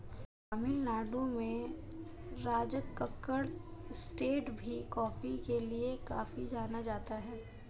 तमिल नाडु में राजकक्कड़ एस्टेट भी कॉफी के लिए काफी जाना जाता है